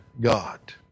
God